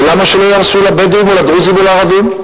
ולמה שלא יהרסו לבדואים או לדרוזים או לערבים?